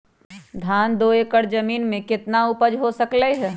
धान दो एकर जमीन में कितना उपज हो सकलेय ह?